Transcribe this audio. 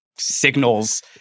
signals